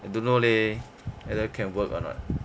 I don't know leh whether can work or not